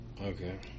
okay